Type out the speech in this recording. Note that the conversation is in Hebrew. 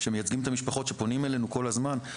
שמייצגים את המשפחות שפונות אלינו כל הזמן,